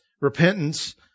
Repentance